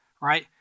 right